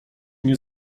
nie